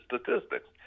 Statistics